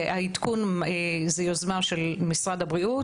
העדכון זה יוזמה של משרד הבריאות,